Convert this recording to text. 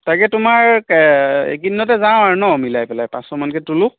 তাকে তোমাৰ এইকিদিনতে যাওঁ আৰু ন মিলাই পেলাই পাঁচশমানকৈ তোলোঁ